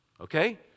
Okay